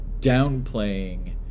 downplaying